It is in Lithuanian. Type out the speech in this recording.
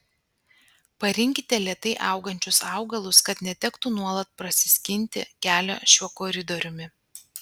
parinkite lėtai augančius augalus kad netektų nuolat prasiskinti kelią šiuo koridoriumi